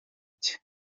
cye